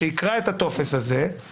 שיקרא את הטופס הזה,